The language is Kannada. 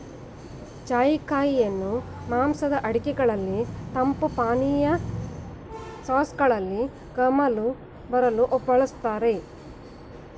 ಜಾಜಿ ಕಾಯಿಯನ್ನು ಮಾಂಸದ ಅಡುಗೆಗಳಲ್ಲಿ, ತಂಪು ಪಾನೀಯ, ಸಾಸ್ಗಳಲ್ಲಿ ಗಮಲು ಬರಲು ಬಳ್ಸತ್ತರೆ